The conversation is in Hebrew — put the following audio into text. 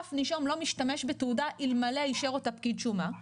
שאף נישום לא משתמש בתעודה אלמלא אישר אותה פקיד שומה,